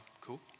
cool